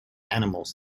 animals